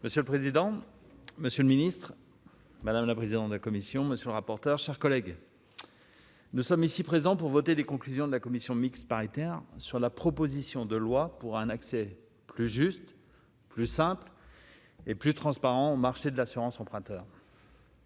Monsieur le président, monsieur le ministre, madame la présidente de la commission, monsieur le rapporteur, chers collègues, nous sommes ici présents pour voter des conclusions de la commission mixte paritaire sur la proposition de loi pour un accès plus juste, plus simple, hein. Et plus transparent au marché de l'assurance emprunteur.